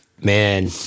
man